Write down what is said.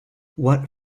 what